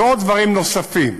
זה דברים נוספים.